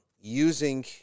using